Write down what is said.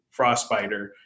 Frostbiter